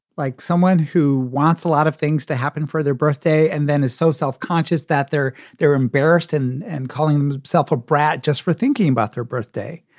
like someone who wants a lot of things to happen for their birthday and then is so self-conscious that they're they're embarrassed and and calling them selfish brat just for thinking about their birthday.